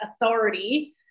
authority